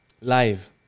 Live